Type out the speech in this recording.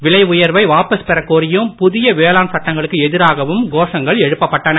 விலை உயர்வை வாபஸ் பெறக் கோரியும் புதிய வேளாண் சட்டங்களுக்கு எதிராகவும் கோஷங்கள் எழுப்பட்டன